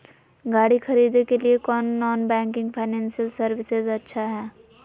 गाड़ी खरीदे के लिए कौन नॉन बैंकिंग फाइनेंशियल सर्विसेज अच्छा है?